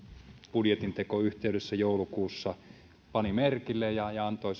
budjetinteon yhteydessä joulukuussa pani merkille ja ja antoi